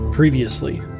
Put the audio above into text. Previously